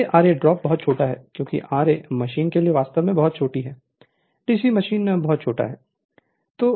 Ia ra drop बहुत छोटा है क्योंकि ra मशीन के लिए वास्तव में बहुत छोटी है डीसी मशीन बहुत छोटी है